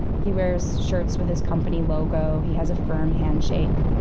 he wears shirts with his company logo. he has a firm handshake.